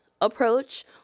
approach